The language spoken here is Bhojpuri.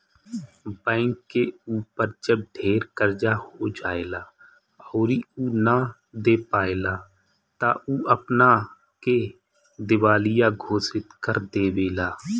बैंक के ऊपर जब ढेर कर्जा हो जाएला अउरी उ ना दे पाएला त उ अपना के दिवालिया घोषित कर देवेला